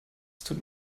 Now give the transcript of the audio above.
tut